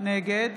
נגד